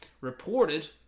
reported